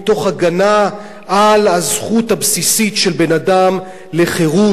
הגנה על הזכות הבסיסית של בן-אדם לחירות,